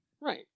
right